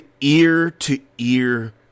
ear-to-ear